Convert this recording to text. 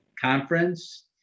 conference